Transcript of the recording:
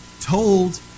told